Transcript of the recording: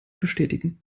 bestätigen